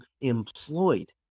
employed